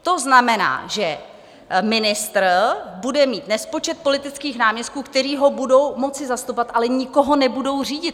To znamená, že ministr bude mít nespočet politických náměstků, kteří ho budou moci zastupovat, ale nikoho nebudou řídit.